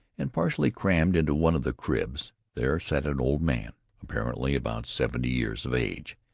and partly crammed into one of the cribs, there sat an old man apparently about seventy years of age.